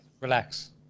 Relax